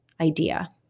idea